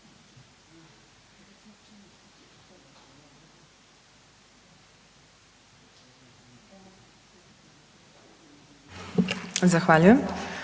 Zahvaljujem.